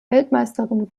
weltmeisterin